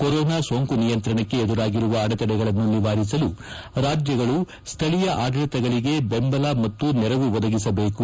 corona ಸೋಂಕು ನಿಯಂತ್ರಣಕ್ಕೆ ಎದುರಾಗಿರುವ ಆಡೆತಡೆಗಳನ್ನು ನಿವಾರಿಸಲು ರಾಜ್ಯಗಳು ಸ್ಗಳೀಯ ಆಡಳತಗಳಿಗೆ ಬೆಂಬಲ ಮತ್ತು ನೆರವು ಒದಗಿಸಬೇಕು